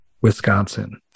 Wisconsin